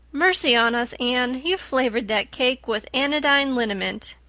mercy on us, anne, you've flavored that cake with anodyne liniment.